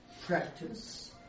practice